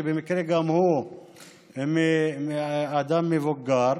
שבמקרה גם הוא אדם מבוגר,